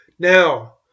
Now